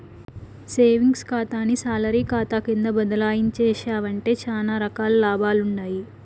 savings కాతాని salary కాతా కింద బదలాయించేశావంటే సానా రకాల లాభాలుండాయి